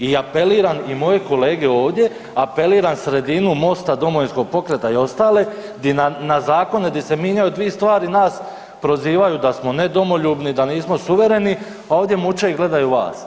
I apeliram i moje kolege ovdje, apeliram sredinu MOST-a, Domovinskog pokreta i ostale di na zakone di se minjaju dvi stvari nas prozivanju da samo nedomoljubni da nismo suvereni, a ovdje muče i gledaju vas.